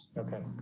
okay,